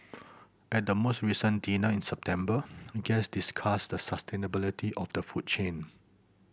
at the most recent dinner in September guests discussed the sustainability of the food chain